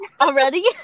Already